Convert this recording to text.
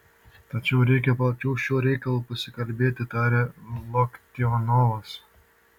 tačiau reikia plačiau šiuo reikalu pasikalbėti tarė loktionovas